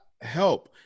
help